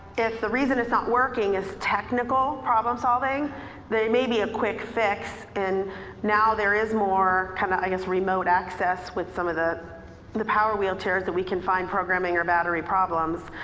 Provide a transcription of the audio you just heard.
if the reason it's not working is technical problem solving there may be a quick fix and now there is more, kind of, i guess remote access with some of the the power wheelchairs that we can find programing or battery problems.